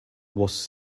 was